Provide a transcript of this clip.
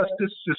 justice